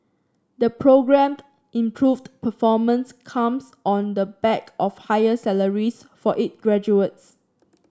the programmed improved performance comes on the back of higher salaries for it graduates